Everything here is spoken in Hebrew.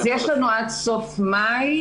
אז יש לנו עד סוף מאי,